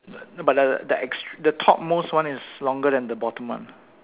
but the the ex the top most one is longer than the bottom one